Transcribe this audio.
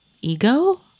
Ego